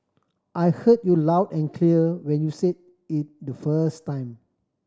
I heard you loud and clear when you said it the first time